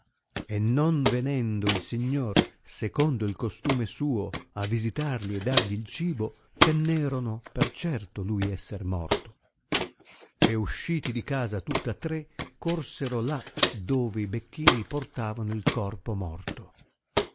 e non venendo il signor secondo il costume suo a visitarli e dargli il cibo tennerono per certo lui esser morto e usciti di casa tutta tre corsero là dove i becchini portavano il corpo morto